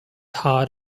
hard